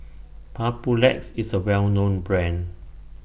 Papulex IS A Well known Brand